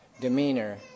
demeanor